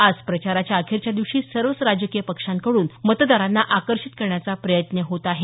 आज प्रचाराच्या अखेरच्या दिवशी सर्वच राजकीय पक्षांकडून मतदारांना आकर्षित करण्याचा प्रयत्न होत आहे